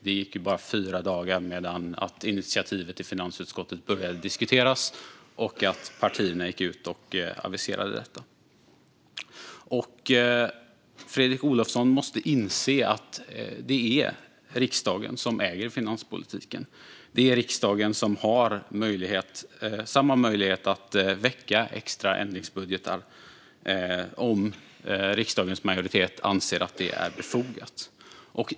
Det gick bara fyra dagar mellan att initiativet i finansutskottet började diskuteras och att partierna gick ut och aviserade detta. Fredrik Olovsson måste inse att det är riksdagen som äger finanspolitiken. Riksdagen har samma möjlighet att göra extra ändringsbudgetar om riksdagens majoritet anser att det är befogat.